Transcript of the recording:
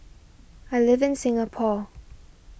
I live in Singapore